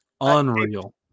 Unreal